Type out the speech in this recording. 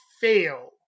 fail